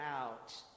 out